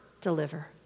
deliver